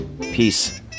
peace